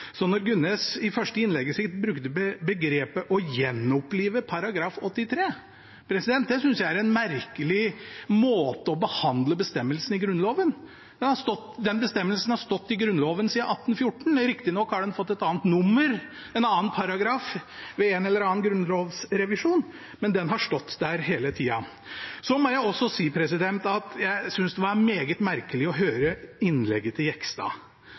Så når Gunnes i det første innlegget sitt brukte begrepet «å gjenopplive § 83», synes jeg det er en merkelig måte å behandle bestemmelsen i Grunnloven på. Den bestemmelsen har stått i Grunnloven siden 1814. Riktignok har den fått et annet nummer, en annen paragraf, ved en eller annen grunnlovsrevisjon – men den har stått der hele tida. Jeg må også si at jeg synes det var meget merkelig å høre innlegget til Jegstad.